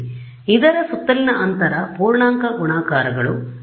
ಆದ್ದರಿಂದ ಇದರ ಸುತ್ತಲಿನ ಅಂತರದ ಪೂರ್ಣಾಂಕ ಗುಣಾಕಾರಗಳು ನಿಮಗೆ ತಿಳಿದಿವೆ